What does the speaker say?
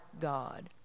God